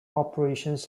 operations